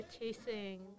chasing